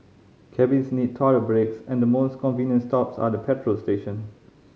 cabbies need toilet breaks and the most convenient stops are at petrol station